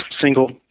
single